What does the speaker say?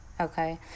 Okay